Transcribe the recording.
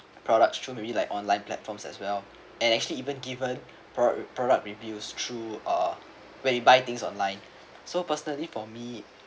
products through maybe like online platforms as well and actually even given per product reviews true uh where you buy things online so personally for me